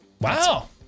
Wow